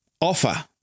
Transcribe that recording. offer